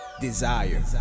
desire